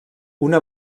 una